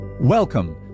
Welcome